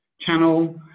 channel